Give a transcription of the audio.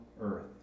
earth